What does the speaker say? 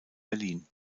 berlin